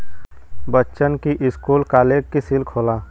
बच्चन की school college की सिल्क होला